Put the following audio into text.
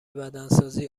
بدنسازی